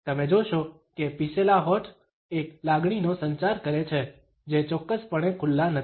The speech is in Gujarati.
તેથી તમે જોશો કે પીસેલા હોઠ એક લાગણીનો સંચાર કરે છે જે ચોક્કસપણે ખુલ્લા નથી